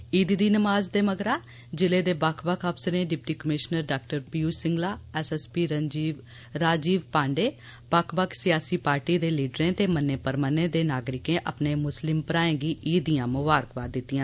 ईद दी नमाज दे मगरा जिले दे बक्ख बक्ख अफसरें डिप्टी कमिशनर डॉ पियूष सिंगला एसएसपी राजीव पांडे बक्ख सियासी पार्टिएं दे लीडरें ते मन्ने परमन्ने दे नागरिकें अपने मुस्लिम भ्राएं गी ईद दियां मुमारखबाद दित्तियां